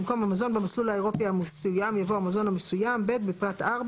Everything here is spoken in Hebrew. במקום "המזון במסלול האירופי המסוים" יבוא "המזון המסוים"; בפרט (4),